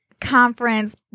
conference